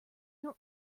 your